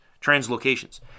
translocations